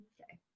Okay